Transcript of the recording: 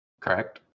Correct